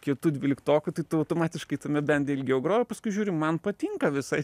kietu dvyliktoku tai tu automatiškai tame ilgiau groji paskui žiūri man patinka visai